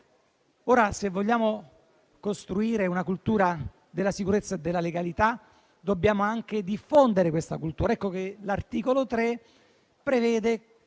se vogliamo costruire una cultura della sicurezza e della legalità dobbiamo anche diffonderle. Ed ecco che l'articolo 3 prevede